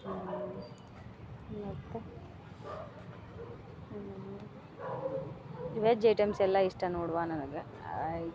ಏನು ಮತ್ತು veg items ಎಲ್ಲಾ ಇಷ್ಟ ನೋಡವ್ವ ನನಗೆ ಆಯ್ತು